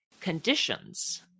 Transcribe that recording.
conditions